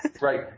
Right